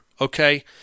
okay